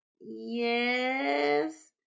Yes